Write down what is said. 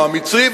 או המצרי,